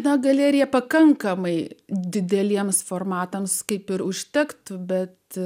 tą galeriją pakankamai dideliems formatams kaip ir užtektų bet